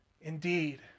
Indeed